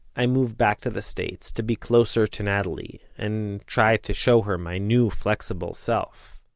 i moved back to the states to be closer to natalie and try to show her my new flexible self.